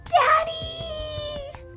Daddy